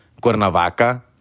Cuernavaca